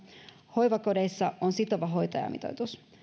hoivakodeissa on sitova hoitajamitoitus